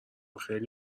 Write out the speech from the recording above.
خیلی